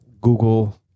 Google